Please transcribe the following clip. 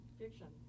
fiction